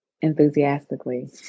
enthusiastically